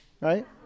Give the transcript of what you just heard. right